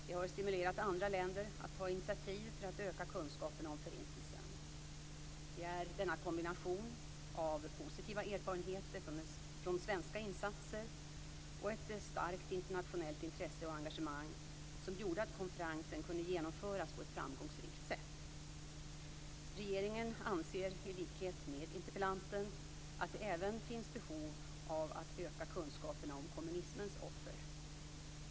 Det har stimulerat andra länder att ta initiativ för att öka kunskaperna om Förintelsen. Det var denna kombination av positiva erfarenheter från svenska insatser och ett starkt internationellt intresse och engagemang som gjorde att konferensen kunde genomföras på ett framgångsrikt sätt. Regeringen anser i likhet med interpellanten att det även finns behov av att öka kunskaperna om kommunismens offer.